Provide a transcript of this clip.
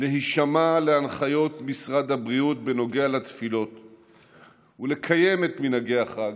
להישמע להנחיות משרד הבריאות בנוגע לתפילות ולקיים את מנהגי החג